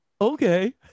Okay